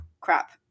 crap